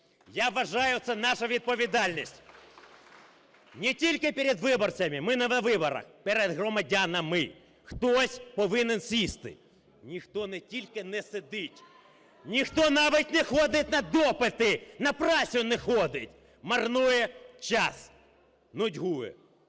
Я вважаю, це наша відповідальність не тільки перед виборцями, ми не на виборах, перед громадянами. Хтось повинен сісти. Ніхто не тільки не сидить, ніхто навіть не ходить на допити, на працю не ходить. Марнує час, нудьгує.